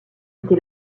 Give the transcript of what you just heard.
été